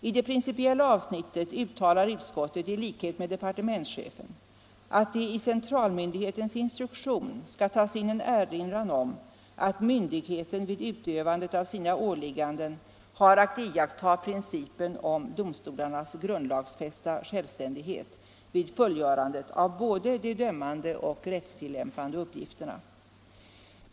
I det principiella avsnittet uttalar utskottet i likhet med departementschefen att det i centralmyndighetens instruktion skall tas in en erinran om att myndigheten vid utövandet av sina åligganden har att iaktta principen om domstolarnas grundlagsfästa självständighet vid fullgörandet av både de dömande och de rättstillämpande uppgifterna.